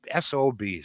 sobs